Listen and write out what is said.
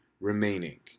remaining